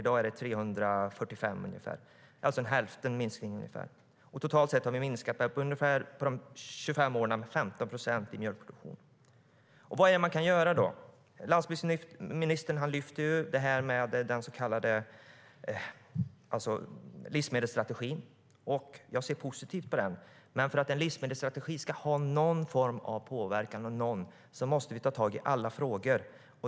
I dag är det ungefär 345 000. Det är en minskning med ungefär hälften. Totalt sett har vi på de 25 åren minskat mjölkproduktionen med 15 procent. Vad är det man kan göra? Landsbygdsministern lyfter fram livsmedelsstrategin. Jag ser positivt på den. Men för att en livsmedelsstrategi ska ha någon form av påverkan måste vi ta tag i alla frågor.